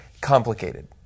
complicated